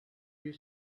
you